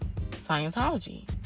Scientology